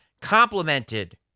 complemented